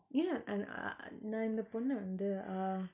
ya and ah err நா இந்த பொன்ன வந்து:na intha ponna vanthu uh